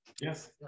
Yes